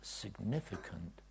significant